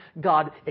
God